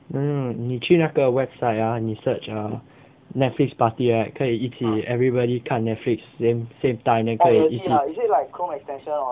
no no no 你去哪个 website ah 你 search ah Netflix party ah 可以一起 everybody 看 Netflix then same time then 可以一起